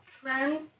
Friends